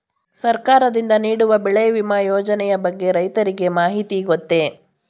ಸರ್ಕಾರದಿಂದ ನೀಡುವ ಬೆಳೆ ವಿಮಾ ಯೋಜನೆಯ ಬಗ್ಗೆ ರೈತರಿಗೆ ಮಾಹಿತಿ ಗೊತ್ತೇ?